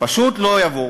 לא יבואו.